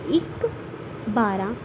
ਇੱਕ ਬਾਰਾਂ